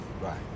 Right